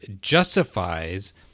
justifies